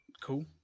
Cool